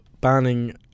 Banning